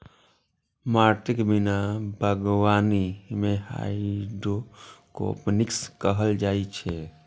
माटिक बिना बागवानी कें हाइड्रोपोनिक्स कहल जाइ छै